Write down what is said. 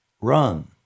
Run